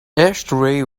ashtray